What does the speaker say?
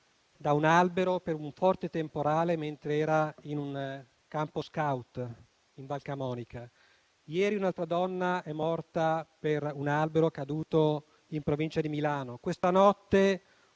da un albero per un forte temporale mentre era in un campo *scout* in Val Camonica. Ieri una donna è morta per un albero caduto in provincia di Milano. Questa notte